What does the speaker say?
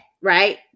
Right